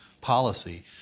policy